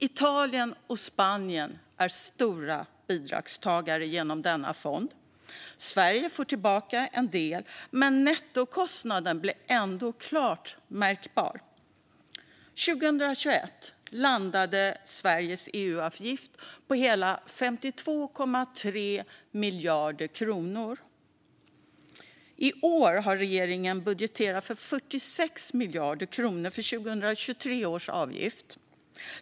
Italien och Spanien är stora bidragstagare genom denna fond. Sverige får tillbaka en del, men nettokostnaden blir ändå klart märkbar. År 2021 landade Sveriges EU-avgift på hela 52,3 miljarder kronor. I år har regeringen budgeterat 46 miljarder kronor för 2023 års avgift.